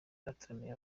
bataramiye